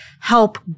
help